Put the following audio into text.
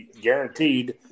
guaranteed